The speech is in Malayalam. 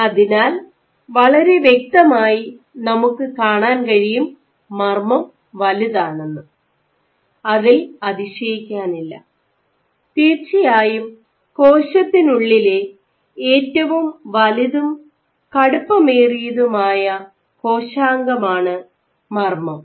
അതിനാൽ വളരെ വ്യക്തമായി നമുക്ക് കാണാൻ കഴിയും മർമ്മം വലുതാണെന്ന് അതിൽ അതിശയിക്കാനില്ല തീർച്ചയായും കോശത്തിനുള്ളിലെ ഏറ്റവും വലുതും കടുപ്പമേറിയതുമായ കോശാംഗം ആണ് മർമ്മം